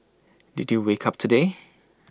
did you wake up today